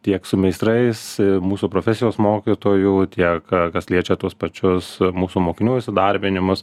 tiek su meistrais mūsų profesijos mokytojų tiek kas liečia tuos pačius mūsų mokinių įsidarbinimas